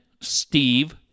Steve